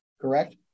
correct